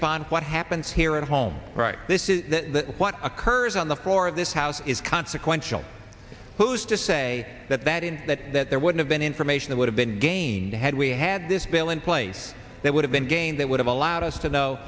upon what happens here at home right this is what occurs on the floor of this house is consequential who's to say that that and that that there would have been information that would have been gained had we had this bill in place that would have been gained that would have allowed us to know